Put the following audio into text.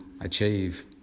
achieve